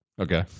Okay